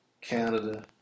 Canada